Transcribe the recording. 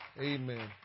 Amen